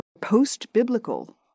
post-biblical